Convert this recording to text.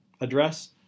address